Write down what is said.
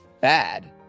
bad